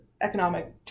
economic